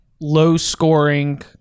low-scoring